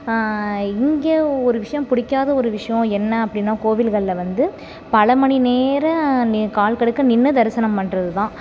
இங்கே ஒரு விஷயம் பிடிக்காத ஒரு விஷயம் என்ன அப்படின்னா கோவில்களில் வந்து பல மணி நேர நே கால் கடுக்க நின்று தரிசனம் பண்ணுறது தான்